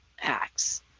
acts